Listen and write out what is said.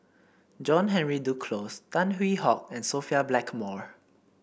John Henry Duclos Tan Hwee Hock and Sophia Blackmore